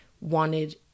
wanted